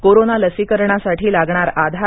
corona लसीकरणासाठी लागणार आधार